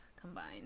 combined